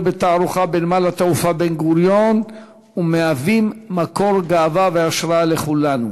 בתערוכה בנמל התעופה בן-גוריון ומהווים מקור גאווה והשראה לכולנו,